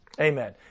Amen